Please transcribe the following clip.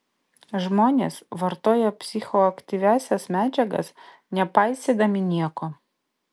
žmonės vartoja psichoaktyviąsias medžiagas nepaisydami nieko